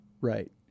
right